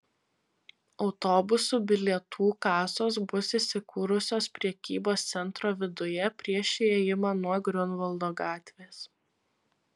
autobusų bilietų kasos bus įsikūrusios prekybos centro viduje prieš įėjimą nuo griunvaldo gatvės